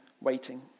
waiting